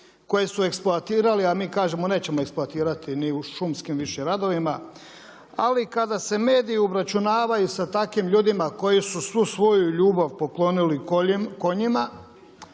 Koje su eksploatirali a mi kažemo nećemo eksploatirati ni u šumskim više radovima. Ali kada se mediji obračunavaju sa takvim ljudima koji su svu svoju ljubav poklonili konjima,